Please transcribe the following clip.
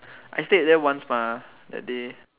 I stayed there once mah that day